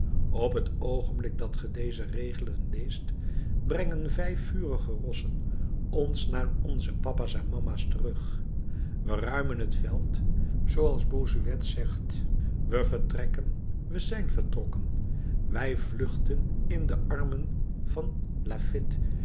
op het oogenblik dat ge deze regelen leest brengen vijf vurige rossen ons naar onze papa's en mama's terug we ruimen het veld zooals bossuet zegt we vertrekken we zijn vertrokken wij vluchten in de armen van